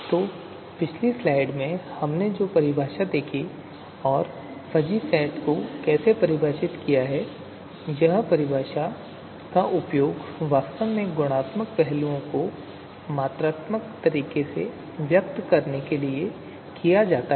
तो पिछली स्लाइड में हमने जो परिभाषा देखी और फ़ज़ी सेट को कैसे परिभाषित किया गया है उस परिभाषा का उपयोग वास्तव में गुणात्मक पहलुओं को मात्रात्मक तरीके से व्यक्त करने के लिए किया जाता है